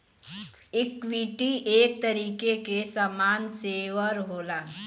equity एक तरीके के सामान शेअर होला